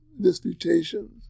disputations